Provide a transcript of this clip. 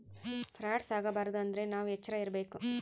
frauds ಆಗಬಾರದು ಅಂದ್ರೆ ನಾವ್ ಎಚ್ರ ಇರ್ಬೇಕು